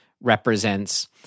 represents